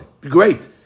great